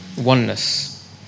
oneness